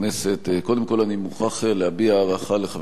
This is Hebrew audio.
אני מוכרח להביע הערכה לחבר הכנסת מג'אדלה,